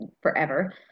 forever